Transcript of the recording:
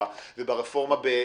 פה?